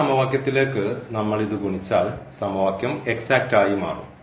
ഈ സമവാക്യത്തിലേക്ക് നമ്മൾ ഇത് ഗുണിച്ചാൽ ഈ സമവാക്യം എക്സാറ്റ് ആയി മാറും